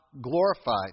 glorified